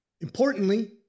Importantly